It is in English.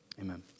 amen